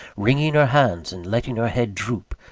wringing her hands and letting her head droop,